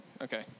Okay